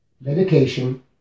Medication